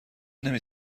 نمی